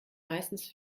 meistens